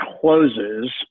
closes